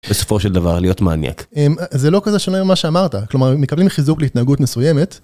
בסופו של דבר להיות מניאק. זה לא כזה שונה ממה שאמרת, כלומר, מקבלים חיזוק להתנהגות מסוימת.